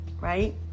right